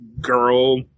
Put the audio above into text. girl